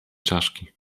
czaszki